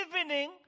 evening